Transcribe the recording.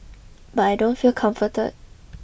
but I don't feel comforted